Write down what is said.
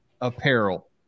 apparel